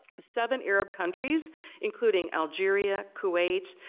seven arab countries including algeria, kuwait,